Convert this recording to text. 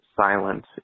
silent